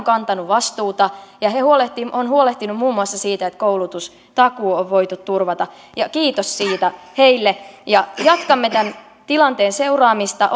kantaneet vastuuta ja huolehtineet muun muassa siitä että koulutustakuu on voitu turvata kiitos siitä heille jatkamme tämän tilanteen seuraamista